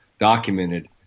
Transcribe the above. documented